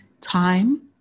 time